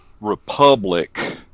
republic